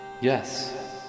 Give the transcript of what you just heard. yes